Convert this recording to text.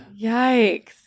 Yikes